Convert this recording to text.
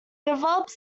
developed